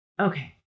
Okay